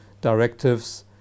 directives